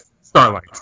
Starlight